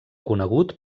conegut